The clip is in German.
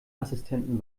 assistenten